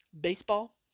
baseball